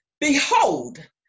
Behold